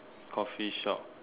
Coffee shop